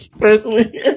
Personally